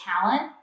talent